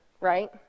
right